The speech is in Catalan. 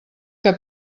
que